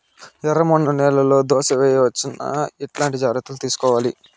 ఎర్రమన్ను నేలలో దోస వేయవచ్చునా? ఎట్లాంటి జాగ్రత్త లు తీసుకోవాలి?